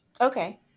Okay